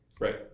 Right